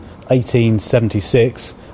1876